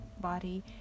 body